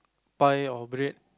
pie or bread